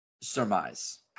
surmise